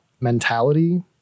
mentality